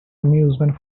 amusement